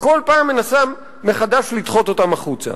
שכל פעם מנסה מחדש לדחוק אותם החוצה.